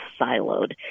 siloed